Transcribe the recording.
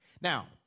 now